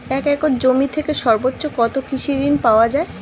এক একর জমি থেকে সর্বোচ্চ কত কৃষিঋণ পাওয়া য়ায়?